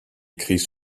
écrits